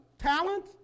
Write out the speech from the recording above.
Talent